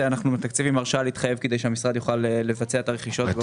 אנחנו מתקצבים הרשאה להתחייב כדי שהמשרד יוכל לבצע את הרכישות.